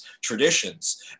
traditions